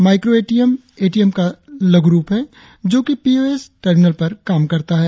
micro ATM A T M का लघु रुप है जो कि पी ओ एस टर्मिनल पर काम करता है